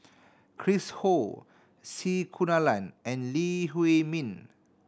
Chris Ho C Kunalan and Lee Huei Min